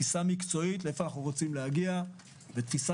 תפיסה מקצועית לאן רוצים להגיע ותפיסה